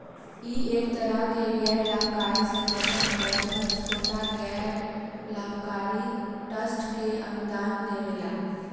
इ एक तरह के गैर लाभकारी संगठन हवे जवन छोट गैर लाभकारी ट्रस्ट के अनुदान देवेला